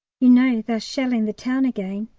you know they're shelling the town again?